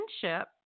friendship